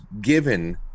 given